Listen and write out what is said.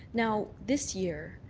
now, this year,